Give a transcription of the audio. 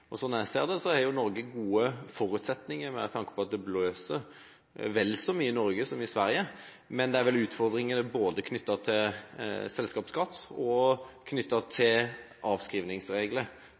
vel så mye i Norge som i Sverige. Men det er vel utfordringer både knyttet til selskapsskatt og til avskrivningsregler